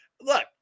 Look